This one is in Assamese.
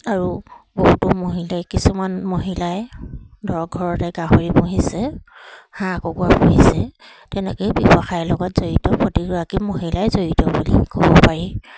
আৰু বহুতো মহিলাই কিছুমান মহিলাই ধৰক ঘৰতে গাহৰি পুহিছে হাঁহ কুকুৰা পুহিছে তেনেকৈয়ে ব্যৱসায়ৰ লগত জড়িত প্ৰতিগৰাকী মহিলাই জড়িত বুলি ক'ব পাৰি